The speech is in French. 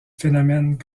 phénomènes